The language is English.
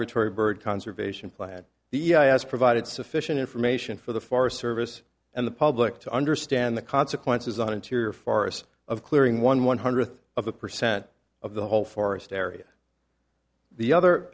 migratory bird conservation plan the has provided sufficient information for the forest service and the public to understand the consequences on interior forests of clearing one one hundredth of a percent of the whole forest area the other